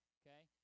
okay